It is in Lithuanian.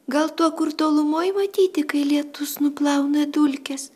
gal to kur tolumoj matyti kai lietus nuplauna dulkes